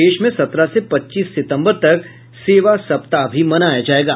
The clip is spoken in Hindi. देश में सत्रह से पच्चीस सितम्बर तक सेवा सप्ताह भी मनाया जायेगा